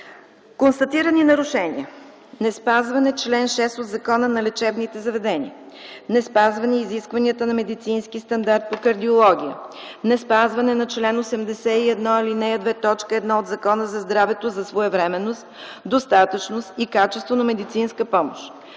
Констатирани нарушения: неспазване на чл. 6 от Закона за лечебните заведения; неспазване изискванията на медицински стандарт по кардиология, неспазване на чл. 81, ал. 2, т. 1 от Закона за здравето за своевременност, достатъчност и качествена медицинска помощ.